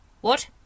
What